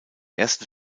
ersten